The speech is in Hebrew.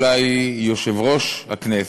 אולי יושב-ראש הכנסת,